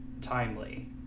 timely